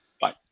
Bye